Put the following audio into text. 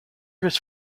his